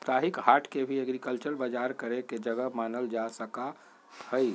साप्ताहिक हाट के भी एग्रीकल्चरल बजार करे के जगह मानल जा सका हई